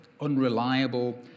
unreliable